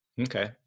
Okay